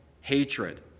hatred